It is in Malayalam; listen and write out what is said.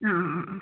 ആ ആ ആ ആ